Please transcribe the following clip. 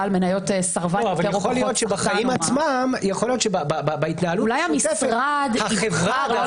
בעל מניות סרבן יותר או פחות.